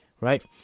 right